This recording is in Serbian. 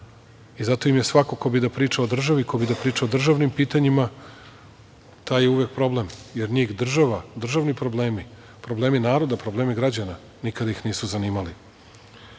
i zato im je svako ko bi da priča o državi, ko bi da priča o državnim pitanjima taj je uvek problem, jer njih država, državni problemi, problemi naroda, problemi građana nikada ih nisu zanimali. Rekao